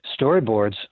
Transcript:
storyboards